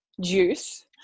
juice